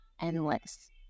endless